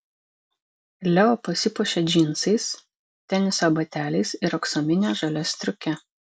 leo pasipuošia džinsais teniso bateliais ir aksomine žalia striuke